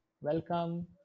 Welcome